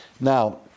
Now